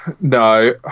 no